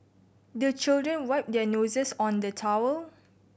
the children wipe their noses on the towel